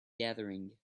gathering